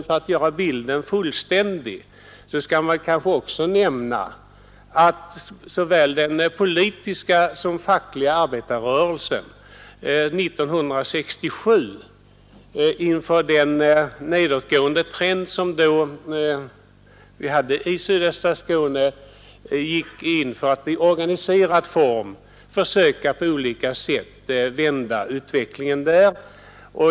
För att göra bilden fullständig skall man kanske också nämna att såväl den politiska som den fackliga arbetarrörelsen 1967 inför den nedåtgående trend som vi då hade i sydöstra Skåne gick in för att i organiserad form försöka på olika sätt vända utvecklingen där.